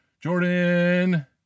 Jordan